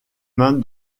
mains